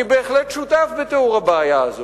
אני בהחלט שותף בתיאור הבעיה הזאת.